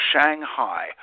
Shanghai